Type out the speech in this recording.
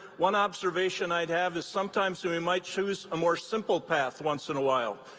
one observation i'd have is sometimes so we might choose a more simple path once in a while.